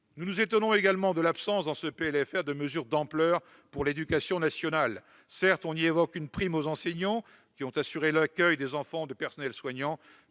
Nous nous étonnons également de l'absence, dans ce PLFR, de mesures d'ampleur pour l'éducation nationale. Certes, on y évoque une prime aux enseignants qui ont assuré l'accueil des enfants du personnel soignant,